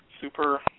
super